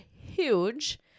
huge